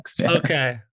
Okay